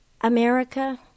America